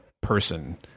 person